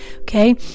okay